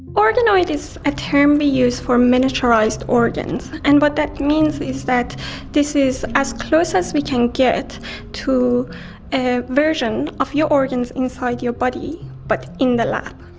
organoid is a term we use for miniaturised organs, and what that means is that this is as close as we can get to a version of your organs inside your body but in the lab.